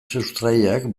sustraiak